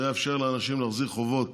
זה יאפשר לאנשים להחזיר חובות